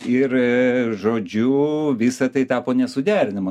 ir žodžiu visa tai tapo nesuderinama